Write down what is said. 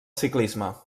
ciclisme